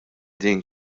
din